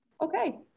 okay